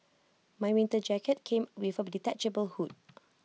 my winter jacket came with A detachable hood